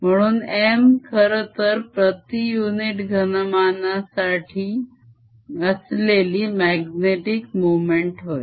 म्हणून M खरंतर प्रती युनिट घनमानासाठी असलेली magnetic मोमेंट होय